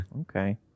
Okay